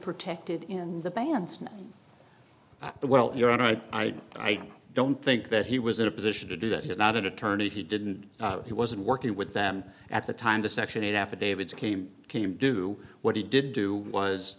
protected in the bands at the well you're right i'd i don't think that he was in a position to do that he's not an attorney he didn't he wasn't working with them at the time the section eight affidavits came came do what he did do was